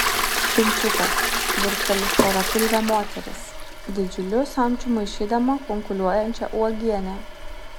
pinčiukas burbteli storapilvė moteris didžiuliu samčiu maišydama kunkuliuojančią uogienę